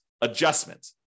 adjustment